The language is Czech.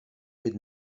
být